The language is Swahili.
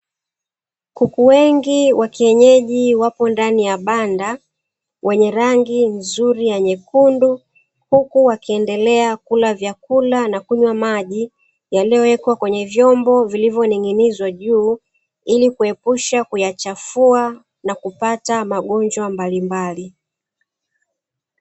Kuku wengi wa kienyeji wapo ndani ya banda, wenye rangi nzuri ya nyekundu huku wakiendelea kula vyakula na kunywa maji, yaliyowekwa kwenye vyombo vilivyoning'inizwa juu, ili kuepusha kuyachafua na kupata magonjwa mbalimbali.